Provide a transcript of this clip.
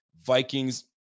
Vikings